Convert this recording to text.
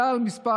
כלל מס'